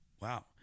Wow